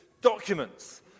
documents